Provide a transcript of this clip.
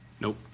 Nope